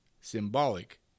symbolic